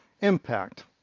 Impact